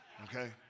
Okay